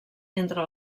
entre